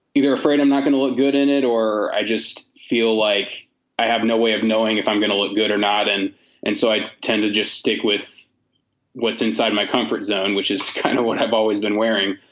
either afraid i'm not going to look good in it or i just feel like i have no way of knowing if i'm going to look good or not. and and so so i tend to just stick with what's inside my comfort zone, which is kind of what i've always been wearing.